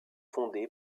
fondé